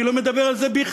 אני לא מדבר על זה בכלל.